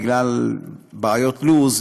בגלל בעיות לו"ז,